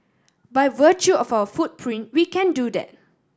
by virtue of our footprint we can do that